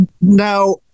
now